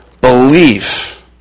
belief